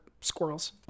squirrels